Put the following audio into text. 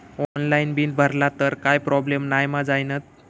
Online bill भरला तर काय प्रोब्लेम नाय मा जाईनत?